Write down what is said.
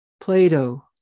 Plato